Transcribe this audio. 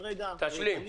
רגע, אפשר להשלים רגע?